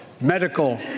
medical